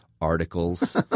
articles